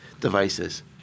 devices